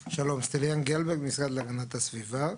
שלום, סטיליאן גלברג המשרד להגנת הסביבה.